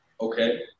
Okay